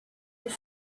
they